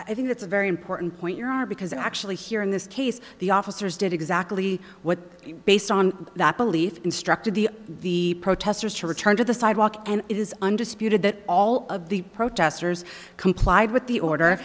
i think it's a very important point you're our because actually here in this case the officers did exactly what you based on that belief instructed the the protesters to return to the sidewalk and it is undisputed that all of the protesters complied with the order